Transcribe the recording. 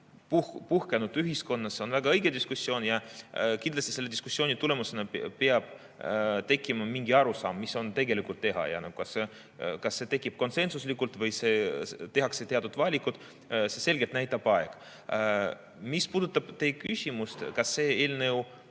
puhkenud ühiskonnas, on väga õige diskussioon. Kindlasti selle diskussiooni tulemusena peab tekkima mingi arusaam, mida tuleb tegelikult teha. Ja kas see tekib konsensuslikult või tehakse teatud valikud, seda selgelt näitab aeg. Mis puudutab teie küsimust, kas see eelnõu